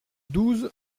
douze